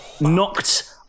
knocked